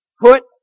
put